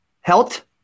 health